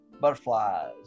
Butterflies